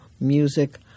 music